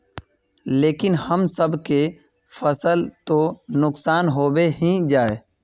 लेकिन हम सब के फ़सल तो नुकसान होबे ही जाय?